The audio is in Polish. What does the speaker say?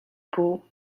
pół